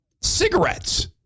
cigarettes